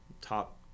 top